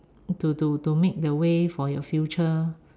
to to to make the way for your future